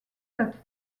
that